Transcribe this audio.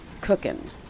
cooking